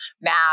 math